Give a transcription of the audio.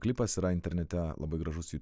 klipas yra internete labai gražus